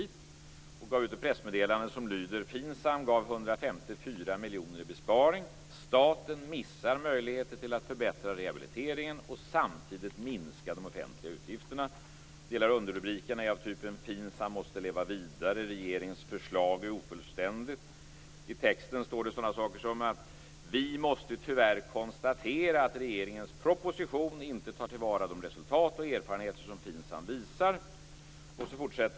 Man gav ut ett pressmeddelande som lyder: FIN SAM gav 154 miljoner i besparing. Staten missar möjligheter att förbättra rehabiliteringen och samtidigt minska de offentliga utgifterna. En del av underrubrikerna är av typen: FINSAM måste leva vidare. Regeringens förslag är ofullständigt. I texten står det sådana saker som att: Vi måste tyvärr konstatera att regeringens proposition inte tar till vara de resultat och erfarenheter som FINSAM visar.